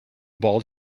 bald